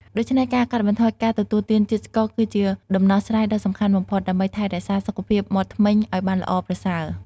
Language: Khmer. ដូច្នេះការកាត់បន្ថយការទទួលទានជាតិស្ករគឺជាដំណោះស្រាយដ៏សំខាន់បំផុត ដើម្បីថែរក្សាសុខភាពមាត់ធ្មេញឱ្យបានល្អប្រសើរ។